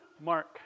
Mark